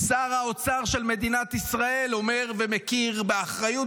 שר האוצר של מדינת ישראל אומר ומכיר באחריות